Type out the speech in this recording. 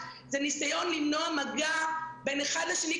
לצוותים אני מבקשת לקבל אותן עוד היום אלינו,